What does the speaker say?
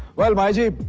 well maya.